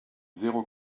zéro